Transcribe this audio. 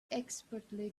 expertly